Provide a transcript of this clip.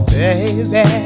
baby